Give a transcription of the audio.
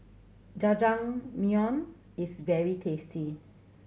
jajangmyeon is very tasty